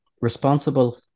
responsible